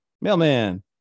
Mailman